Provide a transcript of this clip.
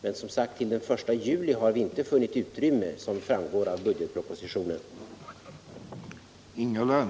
Men, som sagt, till den 1 juli har vi inte funnit utrymme, som framgår av budgetpropositionen.